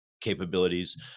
capabilities